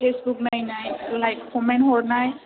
Facebook नायनाय like comment हरनाय